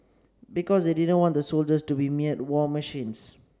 because they didn't want the soldiers to be mere war machines